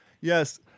Yes